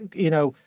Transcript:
you know,